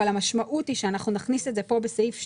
אבל המשמעות היא שאנחנו נכניס את זה פה בסעיף 2,